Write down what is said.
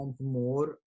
more